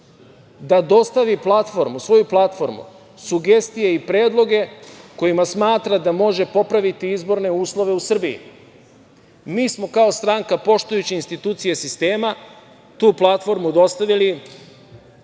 da dostavi svoju platformu, sugestije i predloge kojima smatra da može popraviti izborne uslove u Srbiji. Mi smo kao stranka, poštujući institucije sistema, tu platformu dostavili